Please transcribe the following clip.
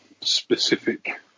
specific